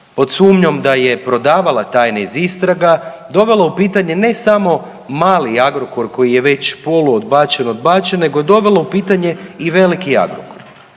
pod sumnjom da je prodavala tajne iz istraga dovela u pitanje ne samo mali Agrokor koji je već poluodbačen, odbačen nego je dovela u pitanje i veliki Agrokor